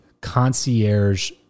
concierge